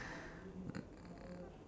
and training